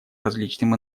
различным